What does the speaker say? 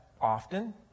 often